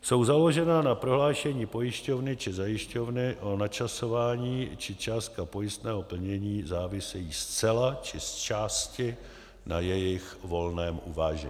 Jsou založena na prohlášení pojišťovny či zajišťovny a načasování či částka pojistného plnění závisejí zcela či zčásti na jejich volném uvážení.